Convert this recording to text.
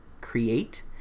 create